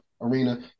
Arena